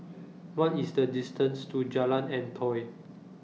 What IS The distance to Jalan Antoi